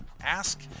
ask